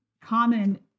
common